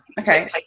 Okay